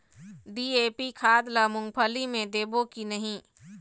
DAP खाद ला मुंगफली मे देबो की नहीं?